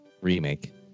Remake